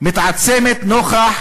מתעצמת נוכח